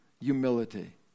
humility